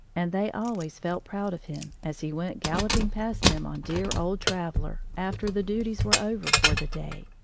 and they always felt proud of him as he went galloping past them on dear old traveller after the duties were over for the day.